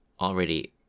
already